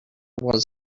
was